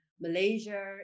Malaysia